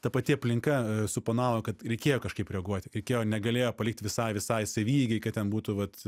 ta pati aplinka suponavo kad reikėjo kažkaip reaguoti reikėjo negalėjo palikt visai visai savieigai kad ten būtų vat